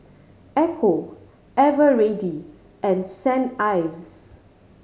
Ecco Eveready and Saint Ives